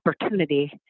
opportunity